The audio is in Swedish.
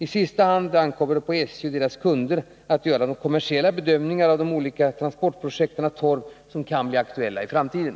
I sista hand ankommer det på SJ och dess kunder att göra kommersiella bedömningar av de olika torvtransportprojekt som kan bli aktuella i framtiden.